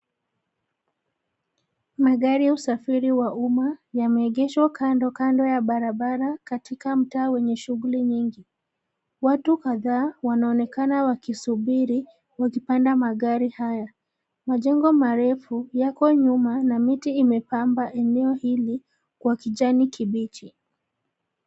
Magari ya usafiri wa umma, yameegeshwa kando kando ya barabara katika mtaa wenye shughuli nyingi. Watu kadhaa wanaonekana wakisubiri, wakipanda magari haya. Majengo marefu, yako nyuma na miti imepamba eneo hili, kwa kijani kibichi.